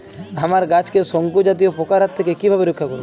আমার গাছকে শঙ্কু জাতীয় পোকার হাত থেকে কিভাবে রক্ষা করব?